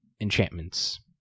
enchantments